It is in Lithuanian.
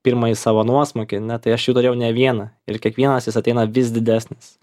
pirmąjį savo nuosmukį ane tai aš jų turėjau ne vieną ir kiekvienas jis ateina vis didesnis